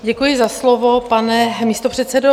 Děkuji za slovo, pane místopředsedo.